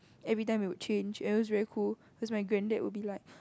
every time we would change and it was very cool cause my granddad will be like